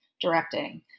directing